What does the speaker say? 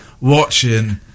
watching